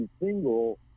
single